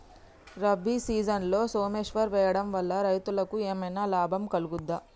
రబీ సీజన్లో సోమేశ్వర్ వేయడం వల్ల రైతులకు ఏమైనా లాభం కలుగుద్ద?